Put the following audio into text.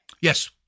Yes